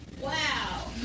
Wow